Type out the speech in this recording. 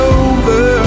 over